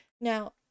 Now